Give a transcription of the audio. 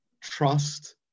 trust